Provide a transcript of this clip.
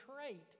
trait